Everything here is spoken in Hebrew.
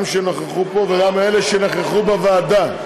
גם לאלה שנכחו פה וגם לאלה שנכחו בוועדה,